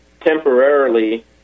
temporarily